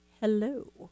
hello